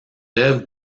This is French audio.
œuvres